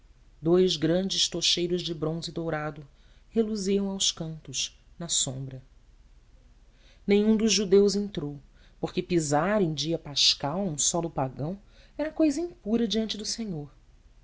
dous grandes tocheiros de bronze dourado reluziam aos cantos na sombra nenhum dos judeus entrou porque pisar em dia pascal um solo pagão era cousa impura diante do senhor